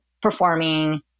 performing